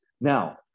Now